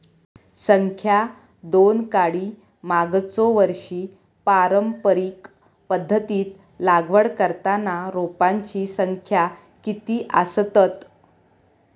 संख्या दोन काडी मागचो वर्षी पारंपरिक पध्दतीत लागवड करताना रोपांची संख्या किती आसतत?